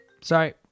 Sorry